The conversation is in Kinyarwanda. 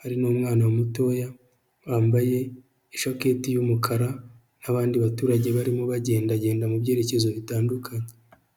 hari n'umwana mutoya wambaye ishaketi y'umukara n'abandi baturage barimo bagendagenda mu byerekezo bitandukanye.